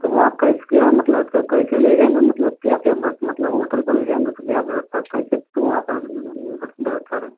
तो मतलब कैसे है जाएंगे मतलब क्या टाइम बस मतलब होटल पर ले जाएंगे तो क्या व्यवस्था कैसे वहाँ पर व्यवस्था है